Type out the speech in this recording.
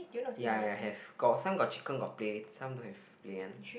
ya ya have got some got chicken got play some don't have play one